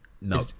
No